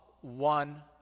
one